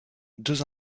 deux